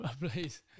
Please